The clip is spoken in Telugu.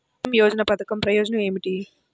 పీ.ఎం యోజన పధకం ప్రయోజనం ఏమితి?